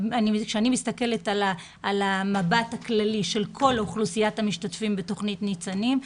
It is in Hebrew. כשאני מסתכלת על המבט הכללי של כל אוכלוסיית המשתתפים בתוכנית ניצנים,